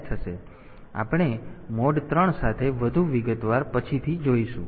તેથી આપણે મોડ 3 સાથે વધુ વિગતવાર પછીથી આવીશું